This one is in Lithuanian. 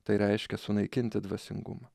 tai reiškia sunaikinti dvasingumą